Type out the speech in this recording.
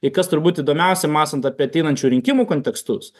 ir kas turbūt įdomiausia mąstant apie ateinančių rinkimų kontekstus